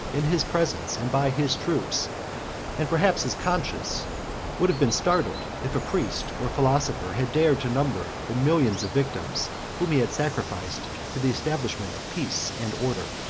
in his presence, and by his troops and perhaps his conscience would have been startled, if a priest or philosopher had dared to number the millions of victims whom he had sacrificed to the establishment of peace and order.